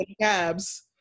cabs